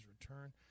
return